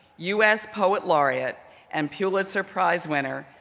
us poet laureate and pulitzer prize winner,